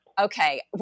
okay